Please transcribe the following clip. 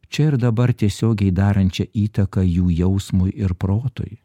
čia ir dabar tiesiogiai darančią įtaką jų jausmui ir protui